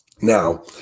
Now